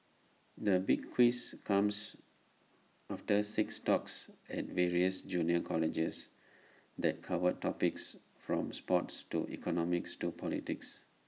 the big quiz comes after six talks at various junior colleges that covered topics from sports to economics to politics